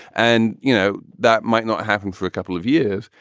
and, you know, that might not happen for a couple of years,